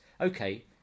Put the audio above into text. okay